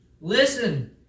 listen